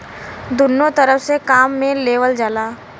दुन्नो तरफ से काम मे लेवल जाला